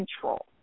control